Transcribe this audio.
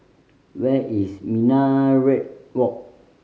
where is Minaret Walk